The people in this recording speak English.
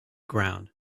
ground